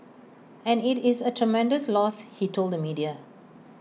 and IT is A tremendous loss he told the media